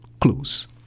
clues